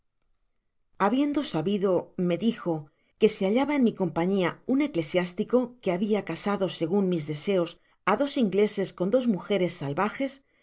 habiendo sabido me dijo que se hallaba en mi compañia un eclesiástico que habia casado segun mis deseos á dos ingleses con dos mujeres salvajes